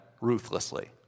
ruthlessly